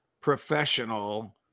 professional